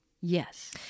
Yes